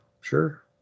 sure